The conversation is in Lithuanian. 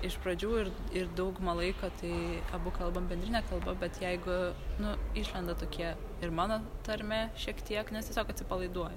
iš pradžių ir ir daugumą laiko tai abu kalbam bendrine kalba bet jeigu nu išlenda tokie ir mano tarme šiek tiek nes tiesiog atsipalaiduoji